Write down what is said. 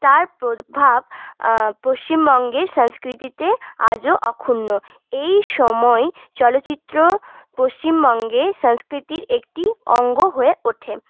তার প্রভাব পশ্চিমবঙ্গের সংস্কৃতিতে আজও অক্ষুণ্ণ এই সময় চলচিত্র পশ্চিমবঙ্গে সংস্কৃতির একটি অঙ্গ হয়ে ওঠে